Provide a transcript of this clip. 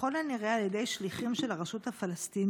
ככל הנראה על ידי שליחים של הרשות הפלסטינית,